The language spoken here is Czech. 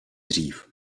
dřív